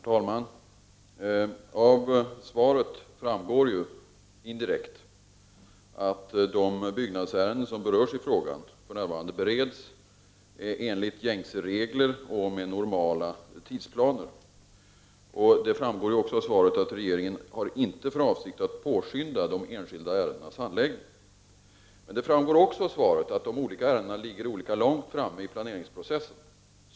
Herr talman! Av svaret framgår ju indirekt att de byggnadsärenden som berörs i frågan för närvarande bereds enligt gängse regler och med normala tidsplaner. Det framgår också av svaret att regeringen inte har för avsikt att påskynda de enskilda ärendenas handläggning. Vidare framgår det av svaret att de olika ärendena ligger olika långt framme i planeringsprocessen.